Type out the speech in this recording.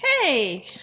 Hey